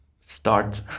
start